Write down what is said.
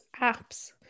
apps